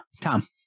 Tom